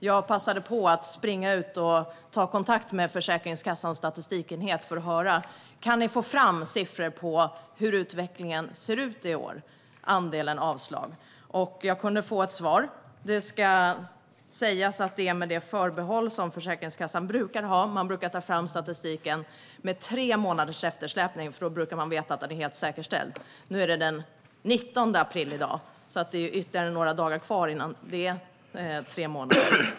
Jag passade på att springa ut och ta kontakt med Försäkringskassans statistikenhet för att fråga: Kan ni få fram siffror på hur utvecklingen ser ut i år och på andelen avslag? Jag kunde få ett svar. Det ska sägas att det är med det förbehåll som Försäkringskassan brukar ha. Man brukar ta fram statistiken med tre månaders eftersläpning, för då brukar man veta att den är helt säkerställd. Det är den 19 april i dag. Det är alltså ytterligare några dagar kvar innan det har gått tre månader.